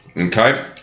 okay